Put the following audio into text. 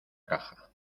caja